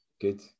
Good